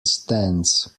stands